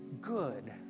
good